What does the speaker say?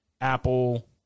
Apple